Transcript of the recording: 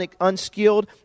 unskilled